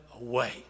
away